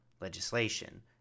legislation